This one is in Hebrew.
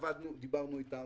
- ואנחנו דיברנו אתם,